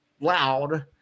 loud